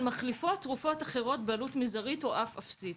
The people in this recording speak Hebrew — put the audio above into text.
מחליפות תרופות אחרות בעלות מזערית או אף אפסית.